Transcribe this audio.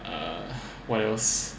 uh what else